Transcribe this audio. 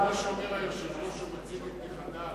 שאומר היושב-ראש כשהוא מציג את נכדיו,